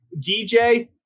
DJ